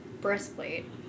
breastplate